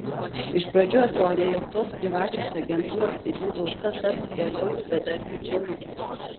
iš pradžių atrodė jog tos privačios agentūros ir jų gausa taps geruoju bedarbių džinu